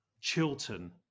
Chilton